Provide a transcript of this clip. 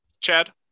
Chad